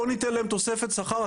בוא ניתן להם תוספת שכר,